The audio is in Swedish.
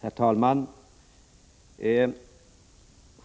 Herr talman!